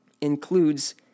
includes